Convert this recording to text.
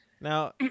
Now